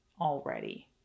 already